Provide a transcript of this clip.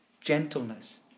gentleness